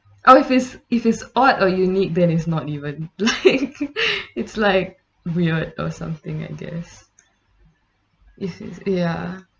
oh if it's if it's odd or unique then it's not even like it's like weird or something I guess is it ya